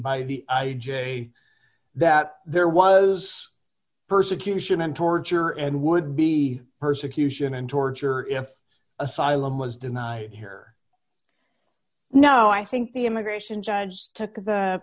by the i j that there was persecution and torture and would be persecution and torture if asylum was denied here no i think the immigration judge took the